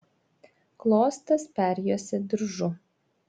klostes perjuosė diržu